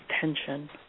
tension